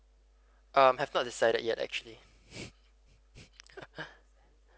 um have not decided yet actually